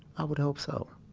i would hope so.